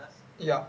ya